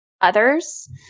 others